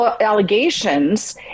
Allegations